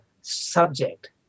subject